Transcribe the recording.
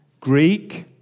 Greek